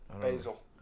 Basil